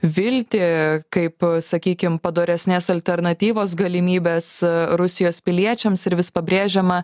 viltį kaip sakykim padoresnės alternatyvos galimybes rusijos piliečiams ir vis pabrėžiama